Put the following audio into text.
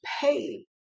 pay